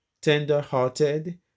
tender-hearted